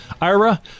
ira